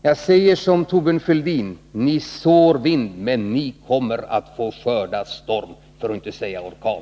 Jag säger som Thorbjörn Fälldin: Ni sår vind, men ni kommer att få skörda storm — för att inte säga orkan.